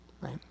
Right